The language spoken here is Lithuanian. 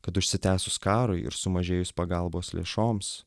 kad užsitęsus karui ir sumažėjus pagalbos lėšoms